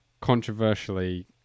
controversially